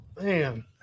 Man